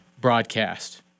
broadcast